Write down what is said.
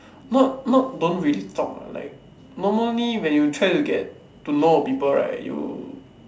not not don't really talk lah like normally when you try to get to know of people right you